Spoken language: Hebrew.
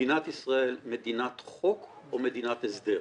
"מדינת ישראל מדינת חוק או מדינת הסדר".